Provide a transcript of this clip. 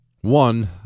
One